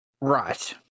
Right